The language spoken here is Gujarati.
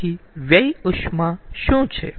તેથી વ્યય ઉષ્મા શું છે